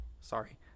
Sorry